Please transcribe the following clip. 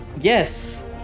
Yes